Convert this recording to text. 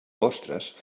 vostres